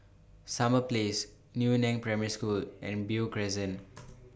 Summer Place Yu Neng Primary School and Beo Crescent